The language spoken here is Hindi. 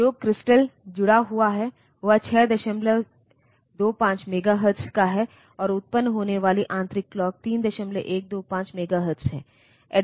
तो जो क्रिस्टल जुड़ा हुआ है वह 625 मेगाहर्ट्ज़ का है और उत्पन्न होने वाली आंतरिक क्लॉक 3125 मेगाहर्ट्ज़ है